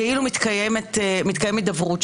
כאילו מתקיימת הידברות,